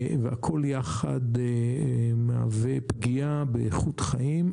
והכול יחד מהווה פגיעה באיכות חיים.